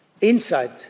inside